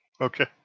Okay